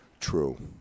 true